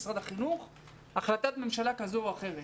משרד החינוך או החלטת ממשלה כזאת או אחרת.